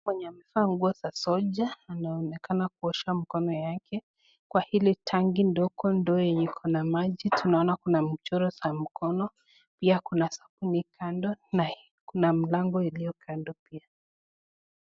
Mwenye amevaa nguo za soldier anaonekana kuosha mkono yake kwa hili tanki ndogo, ndoo yenye iko na maji. Tunaona kuna mchoro za mkono. Pia kuna sabuni kando na kuna mlango iliyo kando pia.